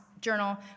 journal